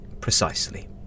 Precisely